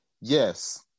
yes